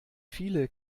viele